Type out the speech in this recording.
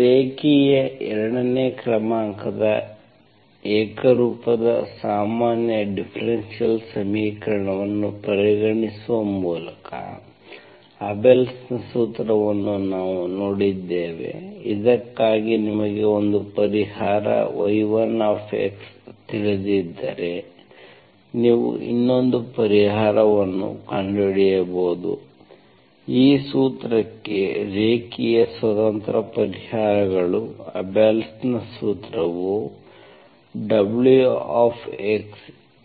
ರೇಖೀಯ ಎರಡನೇ ಕ್ರಮಾಂಕದ ಏಕರೂಪದ ಸಾಮಾನ್ಯ ಡಿಫರೆನ್ಷಿಯಲ್ ಸಮೀಕರಣವನ್ನು ಪರಿಗಣಿಸುವ ಮೂಲಕ ಅಬೆಲ್ಸ್ Abelsನ ಸೂತ್ರವನ್ನು ನಾವು ನೋಡಿದ್ದೇವೆ ಇದಕ್ಕಾಗಿ ನಿಮಗೆ ಒಂದು ಪರಿಹಾರ y1 ತಿಳಿದಿದ್ದರೆ ನೀವು ಇನ್ನೊಂದು ಪರಿಹಾರವನ್ನು ಕಂಡುಹಿಡಿಯಬಹುದು ಈ ಸೂತ್ರಕ್ಕೆ ರೇಖೀಯ ಸ್ವತಂತ್ರ ಪರಿಹಾರಗಳು ಅಬೆಲ್ಸ್ Abelsನ ಸೂತ್ರವು WxWx0